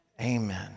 Amen